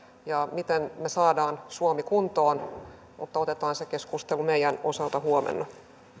ja siitä miten me saamme suomen kuntoon mutta otetaan se keskustelu meidän osaltamme huomenna